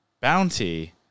bounty